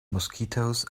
mosquitoes